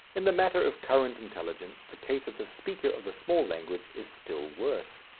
in the matter of current intelligence the case of the speaker of the small language is still worse.